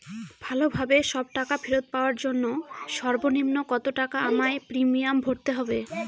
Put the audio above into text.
ভালোভাবে সব টাকা ফেরত পাওয়ার জন্য সর্বনিম্ন কতটাকা আমায় প্রিমিয়াম ভরতে হবে?